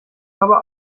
aber